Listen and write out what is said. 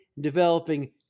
developing